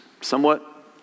somewhat